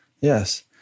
Yes